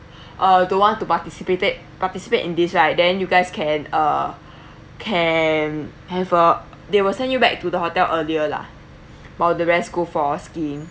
or don't want to participate it participate in this right then you guys can uh can have uh they will send you back to the hotel earlier lah while the rest go for skiing